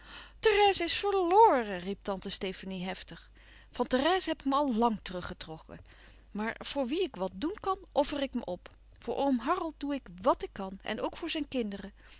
therèse is verloren riep tante stefanie heftig van therèse heb ik me al lang teruggetrokken maar voor wie ik wat doen kan offer ik me op voor oom harold doe ik wàt ik kan en ook voor zijn kinderen